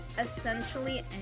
Essentially